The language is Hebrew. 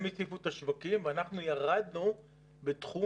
הם הציפו את השווקים ואנחנו ירדנו בתחום